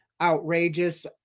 outrageous